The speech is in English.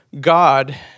God